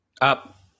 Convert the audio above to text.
up